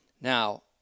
Now